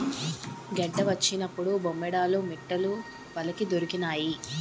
గెడ్డ వచ్చినప్పుడు బొమ్మేడాలు మిట్టలు వలకి దొరికినాయి